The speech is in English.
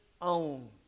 own